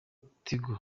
tigo